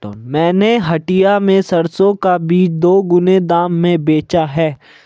मैंने हटिया में सरसों का बीज दोगुने दाम में बेचा है